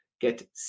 get